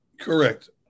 Correct